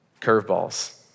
Curveballs